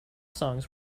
songs